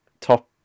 top